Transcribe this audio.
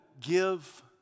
give